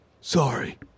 Sorry